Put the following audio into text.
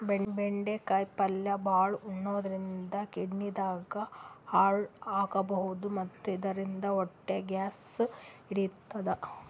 ಬೆಂಡಿಕಾಯಿ ಪಲ್ಯ ಭಾಳ್ ಉಣಾದ್ರಿನ್ದ ಕಿಡ್ನಿದಾಗ್ ಹಳ್ಳ ಆಗಬಹುದ್ ಮತ್ತ್ ಇದರಿಂದ ಹೊಟ್ಟಿ ಗ್ಯಾಸ್ ಹಿಡಿತದ್